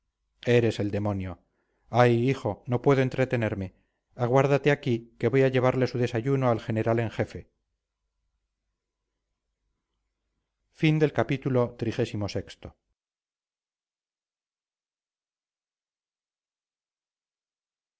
eres el demonio ay hijo no puedo entretenerme aguárdate aquí que voy a llevarle su desayuno al general en jefe